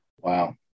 Wow